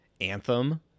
anthem